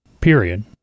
period